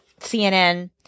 CNN